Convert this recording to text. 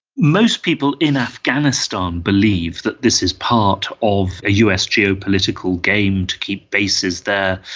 most people in afghanistan believe that this is part of a us geopolitical game to keep bases there,